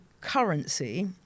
currency